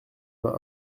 vingt